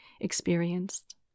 experienced